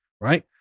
right